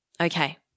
Okay